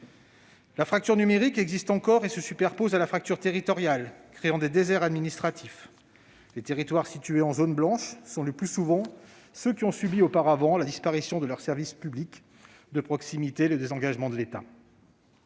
La fracture numérique existe encore et se superpose à la fracture territoriale, créant des « déserts administratifs ». Les territoires situés en zone blanche sont le plus souvent ceux qui ont subi auparavant la disparation de leurs services publics de proximité et le désengagement de l'État.